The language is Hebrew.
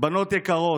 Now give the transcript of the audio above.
בנות יקרות,